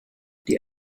die